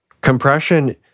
Compression